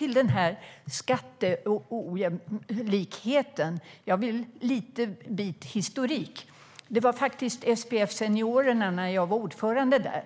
Vad beträffar skatteojämlikheten vill jag ge en liten historik. Det var SPF Seniorerna som, när jag var ordförande,